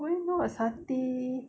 why not satay